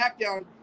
SmackDown